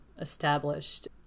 established